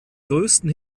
größten